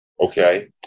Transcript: Okay